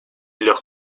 los